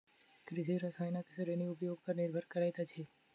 कृषि रसायनक श्रेणी उपयोग पर निर्भर करैत अछि